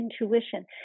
intuition